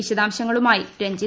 വിശദാംശങ്ങളുമായി രജ്ഞിത്